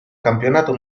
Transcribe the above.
campionato